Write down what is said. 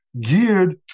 geared